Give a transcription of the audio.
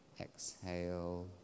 exhale